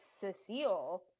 Cecile